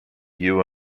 you